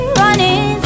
running